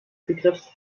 begriffs